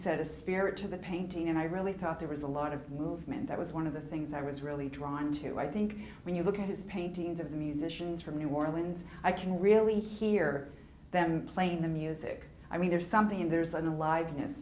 said a spirit to the painting and i really thought there was a lot of movement that was one of the things i was really drawn to i think when you look at his paintings of the musicians from new orleans i can really hear them playing the music i mean there's something in there's an li